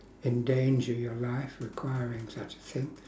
endanger your life requiring such a thing